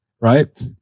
right